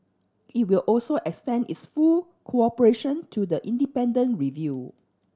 it will also extend its full cooperation to the independent review